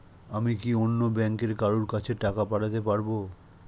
আমি কি অন্য ব্যাংকের কারো কাছে টাকা পাঠাতে পারেব?